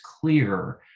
clear